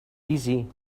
easy